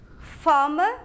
Farmer